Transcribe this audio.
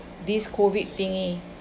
this COVID thingy